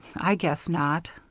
i guess not.